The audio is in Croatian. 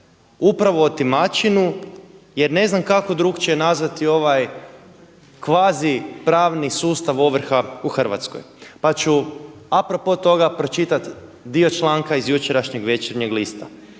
upravo otimačinu jer ne znam kako drukčije nazvati ovaj kvazi pravni sustav ovrha u Hrvatskoj. Pa ću a pro po toga pročitati dio članka iz jučerašnjeg Večernjeg lista.